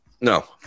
No